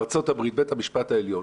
בארצות הברית בית המשפט העליון